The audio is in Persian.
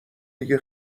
دیگه